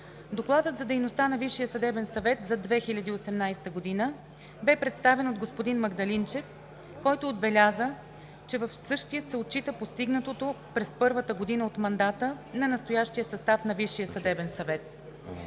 Докладът за дейността на Висшия съдебен съвет за 2018 г. бе представен от господин Магдалинчев, който отбеляза, че в същия се отчита постигнатото през първата година от мандата на настоящия състав на